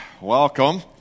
Welcome